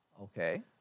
Okay